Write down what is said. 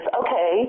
okay